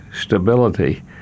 stability